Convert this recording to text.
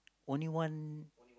only one